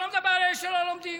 אני לא מדבר על אלה שלא לומדים,